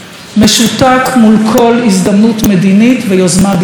משותק מול כל הזדמנות מדינית ויוזמה ביטחונית.